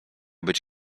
być